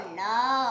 no